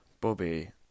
bobby